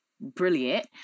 brilliant